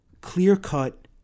clear-cut